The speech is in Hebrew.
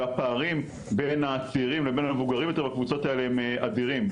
והפערים בין הצעירים לבין המבוגרים יותר בקבוצות האלה הם אדירים,